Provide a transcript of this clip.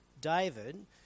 David